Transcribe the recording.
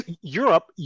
Europe